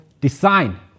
design